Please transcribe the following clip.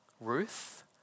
Ruth